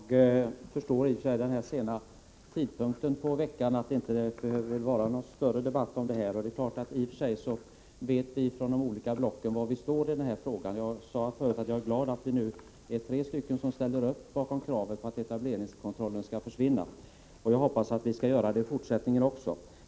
Herr talman! Jag förstår synpunkten att det vid denna sena tidpunkt i slutet av veckan inte behöver föras någon längre debatt om det här — vi vet var de olika blocken står i den här frågan. Jag sade förut att jag är glad att det nu är tre partier som ställer upp bakom kravet att etableringskontrollen skall försvinna. Jag hoppas att vi skall göra det också i fortsättningen.